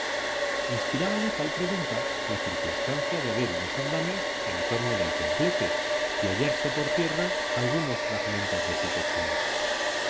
esto inspirábale tal pregunta la circunstancia de haber unos andamios en torno del templete y hallarse por tierra algunos fragmentos de su techumbre